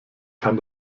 kann